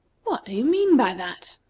what do you mean by that?